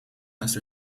must